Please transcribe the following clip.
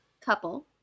couple